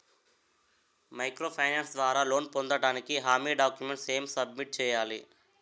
Micro finance ద్వారా loan పొందటానికి హామీ డాక్యుమెంట్స్ ఎం సబ్మిట్ చేయాలి?